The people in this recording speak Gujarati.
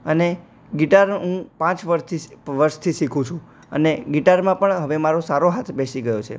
અને ગિટાર હું પાંચ વર્ષથી શીખું છું અને ગિટારમાં પણ હવે મારો સારો હાથ બેસી ગયો છે